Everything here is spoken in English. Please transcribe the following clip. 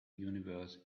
universe